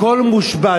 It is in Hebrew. הכול מושבת,